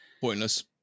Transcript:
Pointless